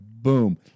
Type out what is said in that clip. boom